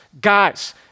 Guys